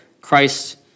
Christ